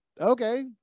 Okay